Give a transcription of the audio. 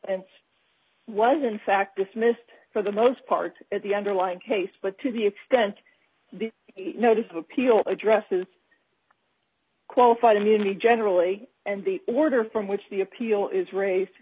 and was in fact dismissed for the most part the underlying case but to the extent the notice of appeal addresses qualified immunity generally and the order from which the appeal is raised